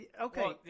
Okay